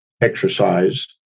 exercise